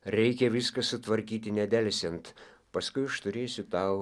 reikia viską sutvarkyti nedelsiant paskui aš turėsiu tau